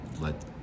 let